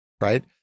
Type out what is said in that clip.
right